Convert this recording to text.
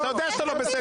אתה יודע שאתה לא בסדר.